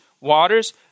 waters